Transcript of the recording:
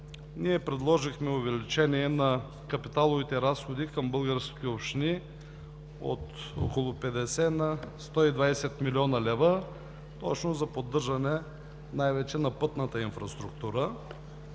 ние предложихме увеличение на капиталовите разходи към българските общини от около 50 на 120 млн. лв. точно за поддържане най-вече на пътната инфраструктура,